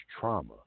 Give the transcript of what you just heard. trauma